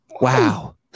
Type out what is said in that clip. wow